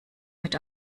mit